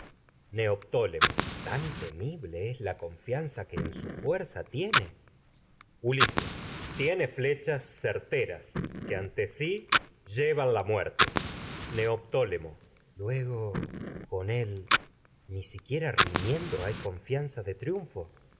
su tan temible es la confianza que en fuerza tiene tiene flechas ulises la muerte certeras que ante si llevan neoptólemo luego con él ni siquiera riñendo hay confianza de triunfo